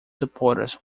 supporters